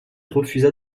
refusa